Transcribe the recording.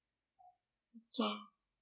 okay